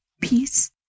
peace